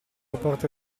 porta